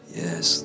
yes